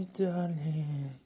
darling